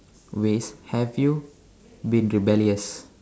ways have you been rebellious